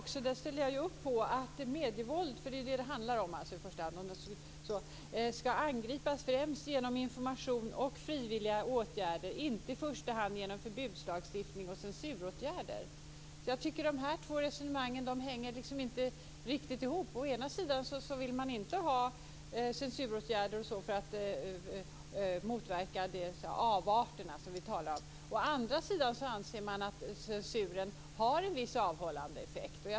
Herr talman! Men utskottet säger också - och det ställer jag upp på - att medievåld skall angripas främst genom information och frivilliga åtgärder, inte i första hand genom förbudslagstiftning och censuråtgärder. Dessa två resonemang hänger inte riktigt ihop. Å ena sidan vill man inte ha censuråtgärder för att motverka avarterna. Å andra sidan anser man att censuren har en viss avhållande effekt.